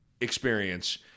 experience